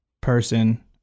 person